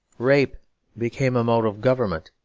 rape became a mode of government.